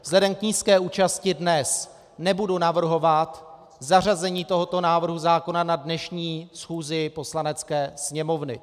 Vzhledem k nízké účasti dnes nebudu navrhovat zařazení tohoto návrhu zákona na dnešní schůzi Poslanecké sněmovny.